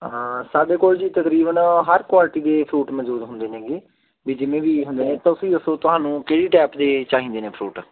ਹਾਂ ਸਾਡੇ ਕੋਲ ਜੀ ਤਕਰੀਬਨ ਹਰ ਕੁਆਲਿਟੀ ਦੇ ਫਰੂਟ ਮੌਜੂਦ ਹੁੰਦੇ ਨੇਗੇ ਵੀ ਜਿਵੇਂ ਵੀ ਤੁਸੀਂ ਤੁਹਾਨੂੰ ਕਿਹੜੀ ਟੈਪ ਦੀ ਚਾਹੀਦੇ ਨੇ ਫਰੂਟ